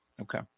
okay